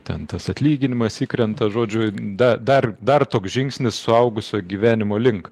ten tas atlyginimas įkrenta žodžiu dar dar dar toks žingsnis suaugusio gyvenimo link